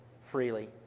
Freely